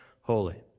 holy